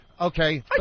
Okay